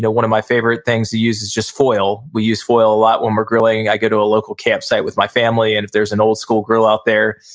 one of my favorite things to use is just foil, we use foil a lot when we're grilling. i go to a local camp site with my family and if there's an old school grill out there,